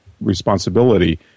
responsibility